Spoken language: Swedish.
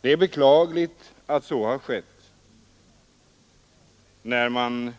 Det är beklagligt att så har skett och att man